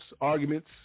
arguments